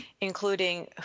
including